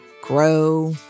grow